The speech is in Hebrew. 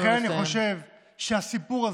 לכן אני חושב שהסיפור הזה,